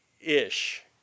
ish